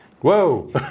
Whoa